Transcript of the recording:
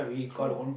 true